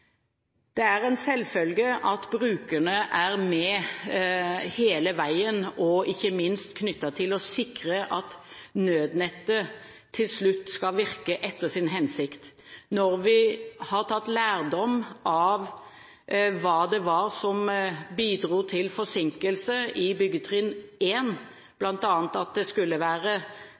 Det er en selvfølge at brukerne er med hele veien, ikke minst knyttet til å sikre at nødnettet til slutt skal virke etter sin hensikt. Når vi har tatt lærdom av hva det var som bidro til forsinkelse i byggetrinn 1, bl.a. at det skulle være